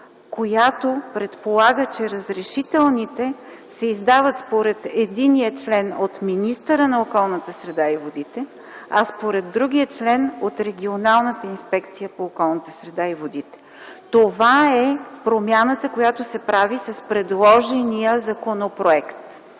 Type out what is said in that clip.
която предполага, че разрешителните се издават според единия член от министъра на околната среда и водите, а според другия член – от Регионалната инспекция по околната среда и водите. Това е промяната, която се прави с предложения законопроект.